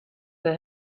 for